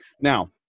Now